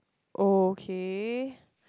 okay